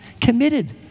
committed